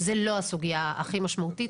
זו לא הסוגיה הכי משמעותית.